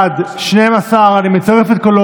אני קובע כי מליאת הכנסת אישרה את המלצת ועדת הכנסת.